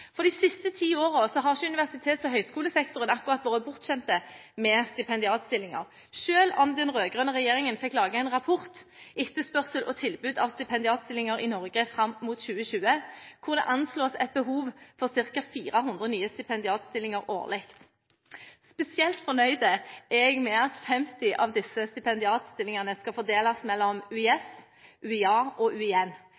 rekrutteringsstillinger. De siste ti årene har ikke universitets- og høyskolesektoren akkurat vært bortskjemt med stipendiatstillinger, selv om den rød-grønne regjeringen fikk laget en rapport, Etterspørsel etter og tilbud av stipendiatstillinger i Norge frem mot 2020, hvor det anslås et behov for ca. 400 nye stipendiatstillinger årlig. Spesielt fornøyd er jeg med at 50 av disse stipendiatene skal fordeles mellom UiS, UiA og UiN.